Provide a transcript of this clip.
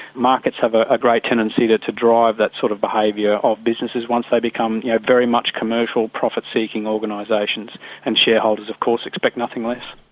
markets have a ah great tendency to to drive that sort of behaviour of businesses once they become you know very much commercial profit-seeking organisations and shareholders of course expect nothing less.